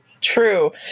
true